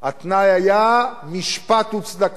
התנאי היה משפט וצדקה.